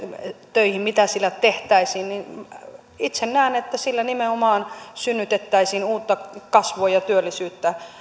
töihin ja mitä sillä tehtäisiin itse näen että sillä nimenomaan synnytettäisiin uutta kasvua ja työllisyyttä